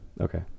Okay